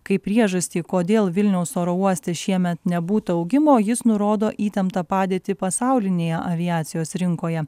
kaip priežastį kodėl vilniaus oro uoste šiemet nebūta augimo jis nurodo įtemptą padėtį pasaulinėje aviacijos rinkoje